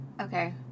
Okay